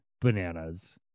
Bananas